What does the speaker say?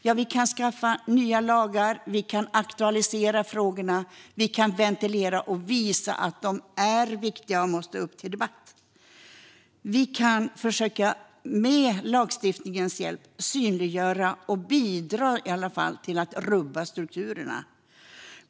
Ja, vi kan skaffa nya lagar, aktualisera frågorna, ventilera dem och visa att de är viktiga och måste upp till debatt. Vi kan med lagstiftningens hjälp försöka synliggöra och i alla fall bidra till att rubba strukturerna.